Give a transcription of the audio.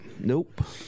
nope